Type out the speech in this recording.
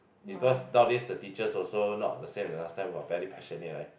because nowadays the teachers also not the same like last time !wah! very passionate right